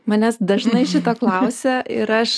manęs dažnai šito klausia ir aš